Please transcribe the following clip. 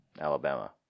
Alabama